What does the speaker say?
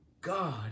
God